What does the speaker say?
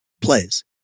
plays